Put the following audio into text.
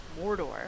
Mordor